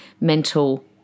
mental